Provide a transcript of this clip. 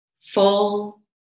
full